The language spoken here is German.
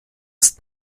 ist